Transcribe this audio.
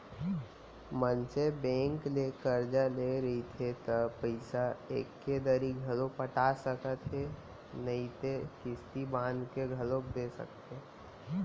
मनसे बेंक ले करजा ले रहिथे त पइसा एके दरी घलौ पटा सकत हे नइते किस्ती बांध के घलोक दे सकथे